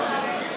לא נתקבלה.